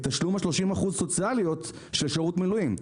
תשלום ה-30% סוציאליות של שירות מילואים?